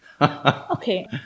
Okay